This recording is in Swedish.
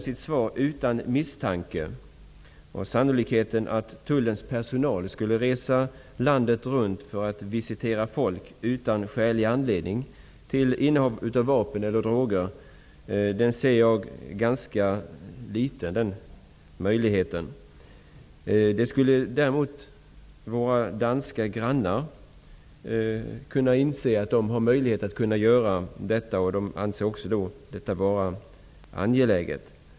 Sannolikheten att Tullens personal skulle resa landet runt för att visitera folk utan skälig misstanke om innehav av vapen eller droger ser jag som ganska liten. I Danmark är det däremot möjligt för tulltjänstemännen att göra detta. Där anser man också att detta är angeläget.